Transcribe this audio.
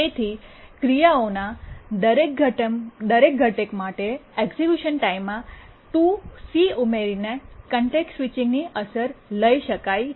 તેથી ક્રિયાઓના દરેક ઘટક માટે એક્ઝેક્યુશન ટાઇમમાં 2c ૨ સી ઉમેરીને કોન્ટેક્સ્ટ સ્વિચિંગની અસર લઈ શકાય છે